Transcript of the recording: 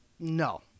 No